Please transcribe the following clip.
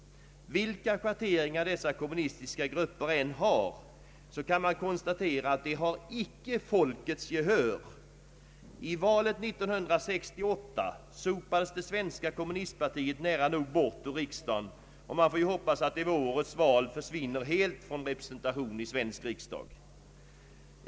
Vilka schatteringar dessa kommunistiska grupper än har, så kan man konstatera att de icke har folkets gehör. I valet 1968 sopades det svenska kommunistpartiet nära nog bort ur riksdagen, och man får hoppas att det vid årets val helt försvinner från representation i svensk riksdag.